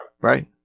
Right